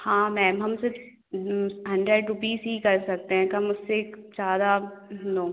हाँ मैम हम सिर्फ हंड्रेड रुपीज़ ही कर सकते हैं कम उससे ज़्यादा नो